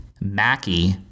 Mackie